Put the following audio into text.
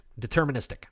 Deterministic